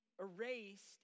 erased